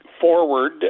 forward